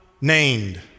named